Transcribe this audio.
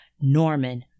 Norman